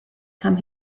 come